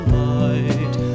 light